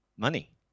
money